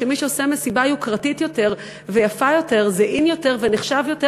שמי שעושה מסיבה יוקרתית יותר ויפה יותר זה in יותר ונחשב יותר,